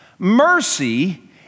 Mercy